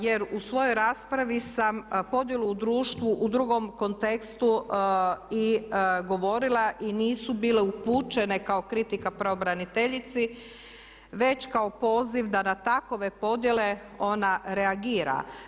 Jer u svojoj raspravi sam podjelu u društvu u drugom kontekstu i govorila i nisu bile upućene kao kritika pravobraniteljici već kao poziv da na takove podjele ona reagira.